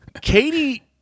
Katie